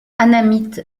annamite